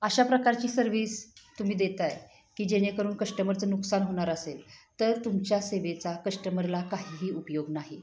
अशा प्रकारची सर्विस तुम्ही देताय की जेणेकरून कश्टमरचं नुकसान होणार असेल तर तुमच्या सेवेचा कस्टमरला काहीही उपयोग नाही